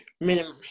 minimum